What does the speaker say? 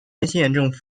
县政府